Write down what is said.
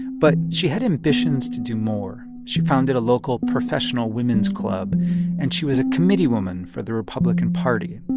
but she had ambitions to do more. she founded a local professional women's club and she was a committeewoman for the republican party.